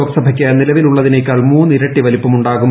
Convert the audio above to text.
ലോക്സഭയ്ക്ക് നിലവിലുള്ളതിനെക്കാൾ മൂന്നിരട്ടി വലിപ്പമുണ്ടാകും